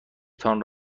تان